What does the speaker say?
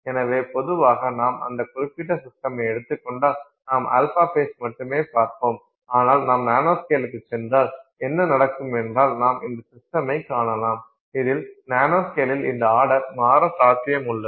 எனவே பொதுவாக நாம் அந்த குறிப்பிட்ட சிஸ்டமை எடுத்துக் கொண்டால் நாம் α ஃபேஸ் மட்டுமே பார்ப்போம் ஆனால் நாம் நானோஸ்கேலுக்குச் சென்றால் என்ன நடக்கும் என்றால் நாம் அந்த சிஸ்டமைக் காணலாம் இதில் நானோஸ்கேலில் இந்த ஆர்டர் மாற சாத்தியமுள்ளது